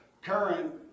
current